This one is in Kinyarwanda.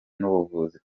n’ubuvuzi